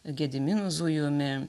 gediminu zujumi